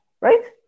right